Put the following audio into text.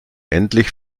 endlich